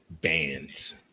bands